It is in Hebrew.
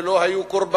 וכאילו לא היו קורבנות,